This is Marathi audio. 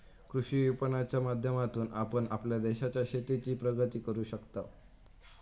कृषी विपणनाच्या माध्यमातून आपण आपल्या देशाच्या शेतीची प्रगती करू शकताव